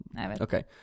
Okay